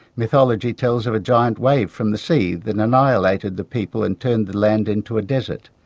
mythology tells of a giant wave from the sea that and annihilated the people and turned the land into a desert.